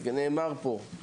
נאמר פה,